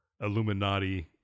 Illuminati